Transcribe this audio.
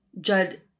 Judd